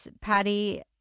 Patty